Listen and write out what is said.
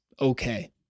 okay